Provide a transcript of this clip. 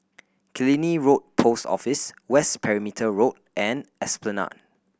Killiney Road Post Office West Perimeter Road and Esplanade